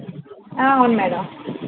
ఆ అవును మేడం